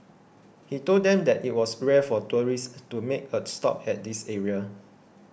he told them that it was rare for tourists to make a stop at this area